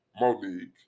Monique